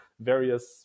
various